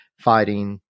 fighting